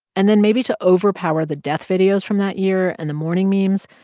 and then maybe to overpower the death videos from that year and the mourning memes,